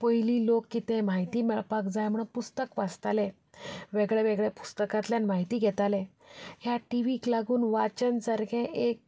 पयलीं लोक कितें म्हायती मेळपाक जाय म्हण पुस्तक वेगळे वेगळे पुस्तकांतल्यान म्हायती घेताले ह्या टी व्हीक लागून वाचन सामकें एक